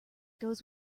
goes